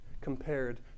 compared